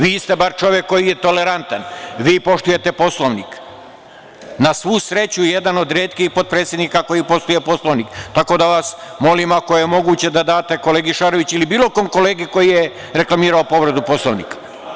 Vi ste bar čovek koji je tolerantan, vi poštujete Poslovnik, na svu sreću jedan od retkih potpredsednika koji poštuje Poslovnik, tako da vas molim, ako je moguće, da date kolegi Šaroviću ili bilo kom kolegi koji je reklamirao povredu Poslovnika.